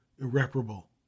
irreparable